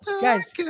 guys